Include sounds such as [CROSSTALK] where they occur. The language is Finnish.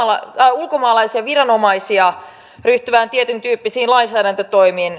ulkomaalaisia viranomaisia ryhtymään tietyntyyppisiin lainsäädäntötoimiin [UNINTELLIGIBLE]